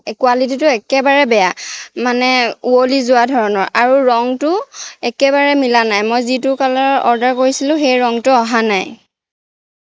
কোৱালিটিটো একেবাৰে বেয়া মানে উঁৱলি যোৱা ধৰণৰ আৰু ৰংটো একেবাৰে মিলা নাই মই যিটো কালাৰৰ অৰ্ডাৰ কৰিছিলোঁ সেই ৰংটো অহা নাই